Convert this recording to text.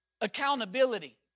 accountability